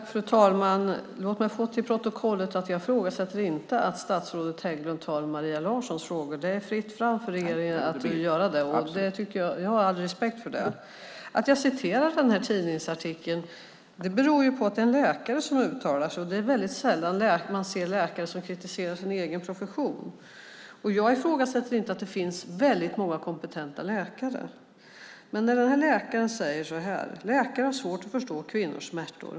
Fru talman! Låt mig i protokollet få infört att jag inte ifrågasätter att statsrådet Hägglund tar Maria Larssons frågor. Det är fritt fram för regeringen att göra det, och jag har all respekt för det. Att jag citerar ur den här tidningsartikeln beror på att det är en läkare som uttalar sig. Det är väldigt sällan man ser läkare som kritiserar sin egen profession. Jag ifrågasätter inte att det finns väldigt många kompetenta läkare, men den här läkaren säger så här: "Läkare har svårt att förstå kvinnors smärtor."